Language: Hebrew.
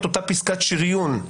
את אותה פסקת שריון,